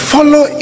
Follow